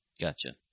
Gotcha